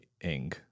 ing